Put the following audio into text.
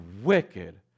wicked